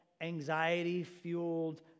anxiety-fueled